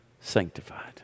sanctified